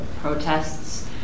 protests